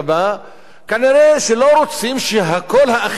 כנראה לא רוצים שהקול האחר יישמע.